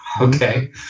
okay